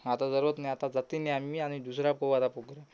आता जरुरत नाही आता जातही नाही आम्ही आणि दुसरा पाहू आता कुणीतरी